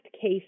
case